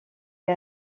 les